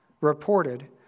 reported